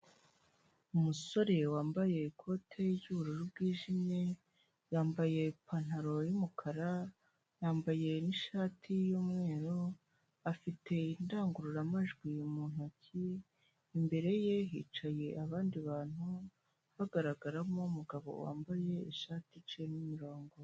Umusore wambaye ikote ry'ubururu bwijimye, yambaye ipantaro y'umukara yambaye n'ishati y'umweru afite indangurura majwi mu ntoki, imbere ye hicaye abandi bantu bagaragaramo umugabo wambaye ishati iciyemo imirongo.